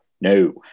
No